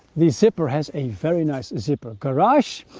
the zipper has a very nice zipper garage,